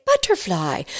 butterfly